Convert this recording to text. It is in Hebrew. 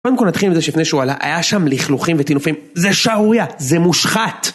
קודם כל נתחיל עם זה שלפני שהוא עלה, היה שם לכלוכים וטינופים. זה שערוריה! זה מושחת!